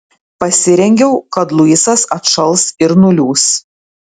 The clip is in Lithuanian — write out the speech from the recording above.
pasirengiau kad luisas atšals ir nuliūs